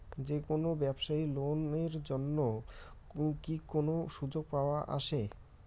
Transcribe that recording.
যে কোনো ব্যবসায়ী লোন এর জন্যে কি কোনো সুযোগ আসে?